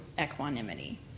equanimity